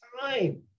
time